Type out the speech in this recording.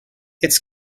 its